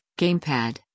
gamepad